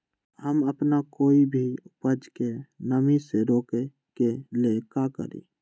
हम अपना कोई भी उपज के नमी से रोके के ले का करी?